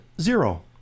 Zero